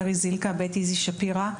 בית "איזי שפירא",